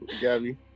Gabby